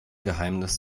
geheimnis